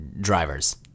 drivers